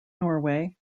norway